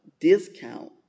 discount